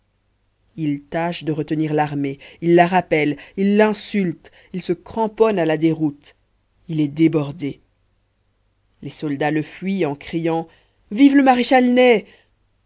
il tâche de retenir l'armée il la rappelle il l'insulte il se cramponne à la déroute il est débordé les soldats le fuient en criant vive le maréchal ney